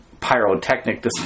pyrotechnic